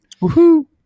Woo-hoo